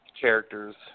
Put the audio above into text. characters